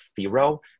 zero